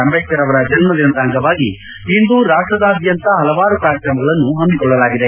ಅಂಬೇಡ್ಕರ್ ಅವರ ಜನ್ನ ದಿನದ ಅಂಗವಾಗಿ ಇಂದು ರಾಷ್ಟದಾದ್ವಂತ ಹಲವಾರು ಕಾರ್ಯಕ್ರಮಗಳನ್ನು ಹಮ್ಹಿಕೊಳ್ಳಲಾಗಿದೆ